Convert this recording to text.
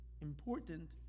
important